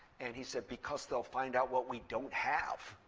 and he said, because they'll find out what we don't have.